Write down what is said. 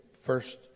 First